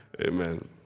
Amen